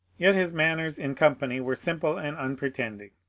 yet his manners in company were simple and unpretending,